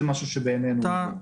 זה משהו שבעינינו הוא נכון.